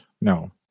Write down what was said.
no